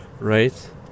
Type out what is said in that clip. Right